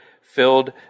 filled